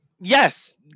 Yes